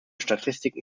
statistiken